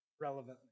relevantly